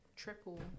Triple